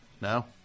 No